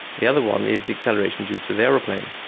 the other one is acceleration due to the aeroplane.